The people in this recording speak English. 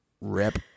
rip